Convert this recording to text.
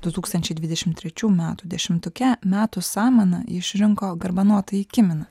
du tūkstančiai dvidešimt trečių metų dešimtuke metų samaną išrinko garbanotąjį kirminą